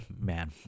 man